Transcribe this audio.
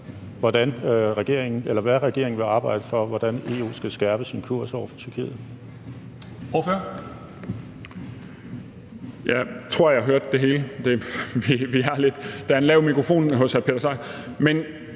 hvad regeringen vil arbejde for, med hensyn til at EU skal skærpe sin kurs over for Tyrkiet?